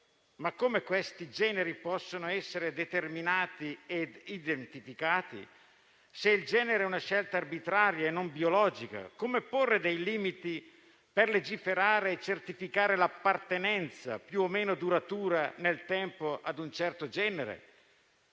ma questi come possono essere determinati e identificati, se il genere è una scelta arbitraria e non biologica? Come porre limiti per legiferare e certificare l'appartenenza, più o meno duratura nel tempo, a un certo genere?